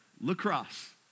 lacrosse